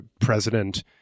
president